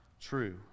true